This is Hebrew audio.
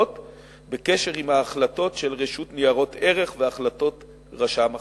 הקשורות להחלטות רשות ניירות ערך ולהחלטות רשם החברות.